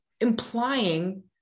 implying